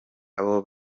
abo